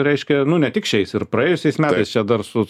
reiškia nu ne tik šiais ir praėjusiais metais čia dar su